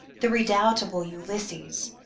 the redoubtable ulysses,